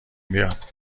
بیاد